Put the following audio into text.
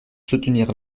soutenir